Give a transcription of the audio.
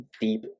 deep